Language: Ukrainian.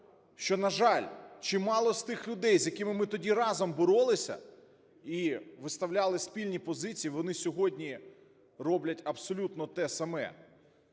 що, на жаль, чимало з тих людей, з якими ми тоді боролись і виставляли спільні позиції, вони сьогодні роблять абсолютно те саме